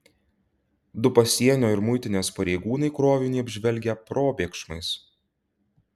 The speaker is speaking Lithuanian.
du pasienio ir muitinės pareigūnai krovinį apžvelgę probėgšmais